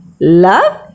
love